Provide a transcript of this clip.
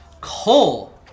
Cole